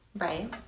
Right